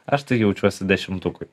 aš tai jaučiuosi dešimtukui